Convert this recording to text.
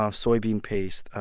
ah soybean paste,